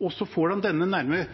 Så får man denne